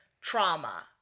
trauma